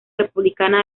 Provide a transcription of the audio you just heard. republicana